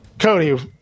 Cody